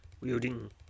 Wielding